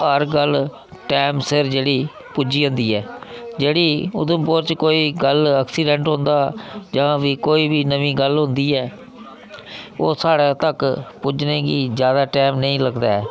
हर गल्ल टैम सिर जेह्ड़ी पुज्जी जंदी ऐ जेह्ड़ी उधमपुर च कोई गल्ल एक्सीडैंट होंदा जां कोई बी नमीं गल्ल होंदी ऐ ओह् साढ़े तक्क् पुज्जने गी जादै टैम नेईं लगदा ऐ